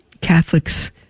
Catholics